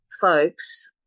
folks